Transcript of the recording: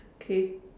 okay